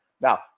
Now